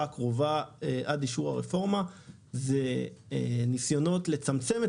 הקרובה עד אישור הרפורמה זה ניסיונות לצמצם את